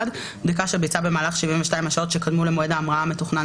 בדיקה שביצע במהלך 72 השעות שקדמו למועד ההמראה המתוכנן